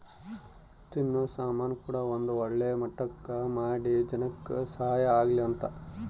ತಿನ್ನೋ ಸಾಮನ್ ಕೂಡ ಒಂದ್ ಒಳ್ಳೆ ಮಟ್ಟಕ್ ಮಾಡಿ ಜನಕ್ ಸಹಾಯ ಆಗ್ಲಿ ಅಂತ